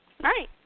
Right